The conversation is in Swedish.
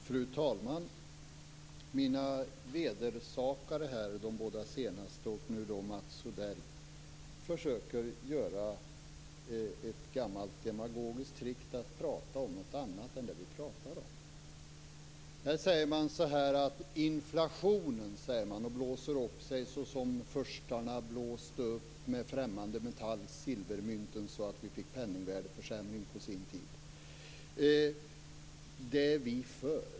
Fru talman! Mina vedersakare, de båda tidigare och nu Mats Odell, försöker göra ett gammalt demagogiskt trick, nämligen att tala om något annat än det vi talar om. Inflationen, säger man - och blåser upp sig såsom furstarna blåste upp med främmande metall silvermynten så att vi fick penningvärdesförsämring på sin tid - är vi i Vänsterpartiet för.